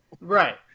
Right